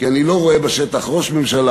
כי אני לא רואה בשטח ראש ממשלה,